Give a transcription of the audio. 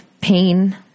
pain